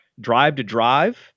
drive-to-drive